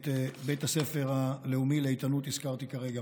את בית הספר הלאומי לאיתנות, הזכרתי כרגע.